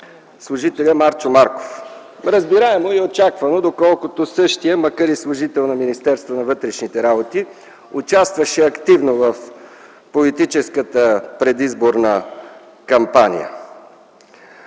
служителя Марчо Марков, разбираемо и очаквано, доколкото същият, макар и служител в Министерството на вътрешните работи, участваше активно в политическата предизборна кампания.